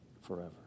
forever